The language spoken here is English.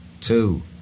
Two